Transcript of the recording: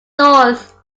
north